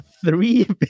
three